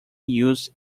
used